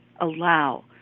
Allow